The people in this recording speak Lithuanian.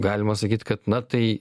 galima sakyt kad na tai